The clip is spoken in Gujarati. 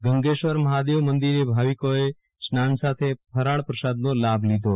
ગંગેશ્વર મહાદેવ મંદિરે ભાવિકોએ સ્નાન સાથે ફરાળ પ્રસાદનો લાભ લીધો હતો